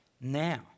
Now